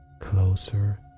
closer